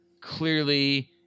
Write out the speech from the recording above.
clearly